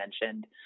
mentioned